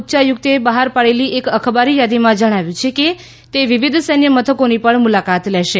ઢાકામાં ભારતના ઉય્યાયુક્તે બહાર પાડેલી એક અખબારી યાદીમાં જણાવ્યું છે કે તે વિવિધ સૈન્ય મથકોની પણ મુલાકાત લેશે